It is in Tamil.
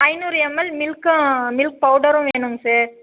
ஐநூறு எம் எல் மில்க்கும் மில்க் பவுடரும் வேணுங்க சார்